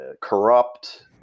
corrupt